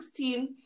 2016